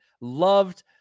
loved